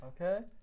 Okay